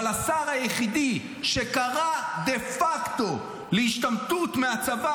אבל השר היחידי שקרא דה פקטו להשתמטות מהצבא